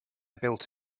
built